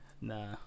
Nah